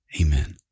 Amen